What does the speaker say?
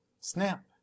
Snap